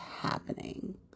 happening